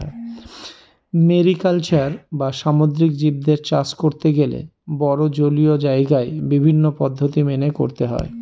mariculture বা সামুদ্রিক জীবদের চাষ করতে গেলে বড়ো জলীয় জায়গায় বিভিন্ন পদ্ধতি মেনে করতে হয়